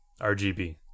RGB